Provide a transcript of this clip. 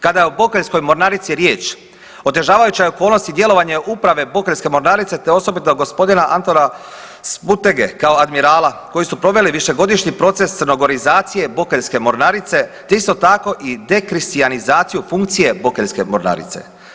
Kada je o Bokeljskoj mornarici riječ, otežavajuća je okolnost i djelovanje uprave Bokeljske mornarice te osobito g. Antona Sbutege kao admirala, koji su proveli višegodišnji proces crnogorizacije Bokeljske mornarice te isto tako dekristijanizaciju funkcije Bokeljske mornarice.